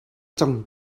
cang